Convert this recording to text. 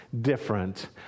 different